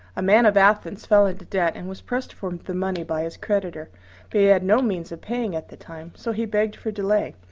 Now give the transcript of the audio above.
a man of athens fell into debt and was pressed for the money by his creditor but he had no means of paying at the time, so he begged for delay.